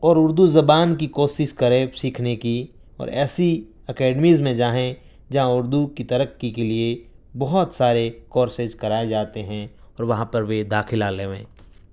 اور اردو زبان کی کوشش کریں سیکھنے کی اور ایسی اکیڈمیز میں جائیں جہاں اردو کی ترقی کے لیے بہت سارے کورسز کرائے جاتے ہیں اور وہاں پر وے داخلہ لیویں